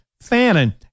Fannin